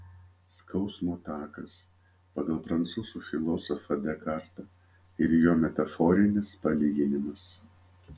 skausmo takas pagal prancūzų filosofą dekartą ir jo metaforinis palyginimas